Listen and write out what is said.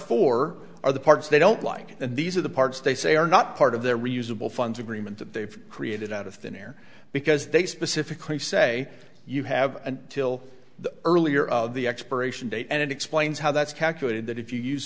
four are the parts they don't like and these are the parts they say are not part of their reusable funds agreement that they've created out of thin air because they specifically say you have until the earlier of the expiration date and it explains how that's calculated that if you use